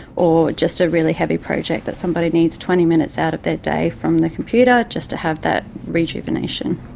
or just a really heavy project that somebody needs twenty minutes out of their day from the computer just to have that rejuvenation.